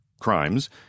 crimes